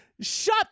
Shut